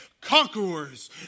conquerors